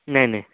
ନାହିଁ ନାହିଁ